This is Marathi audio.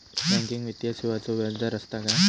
बँकिंग वित्तीय सेवाचो व्याजदर असता काय?